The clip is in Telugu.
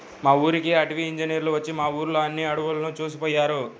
మా ఊరికి అటవీ ఇంజినీర్లు వచ్చి మా ఊర్లో ఉన్న అడువులను చూసిపొయ్యారు